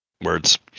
words